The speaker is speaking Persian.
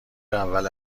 اول